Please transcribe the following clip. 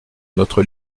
notre